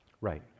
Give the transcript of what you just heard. Right